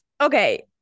Okay